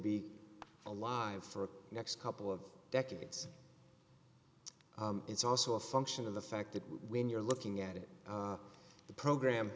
be alive for the next couple of decades it's also a function of the fact that when you're looking at it the program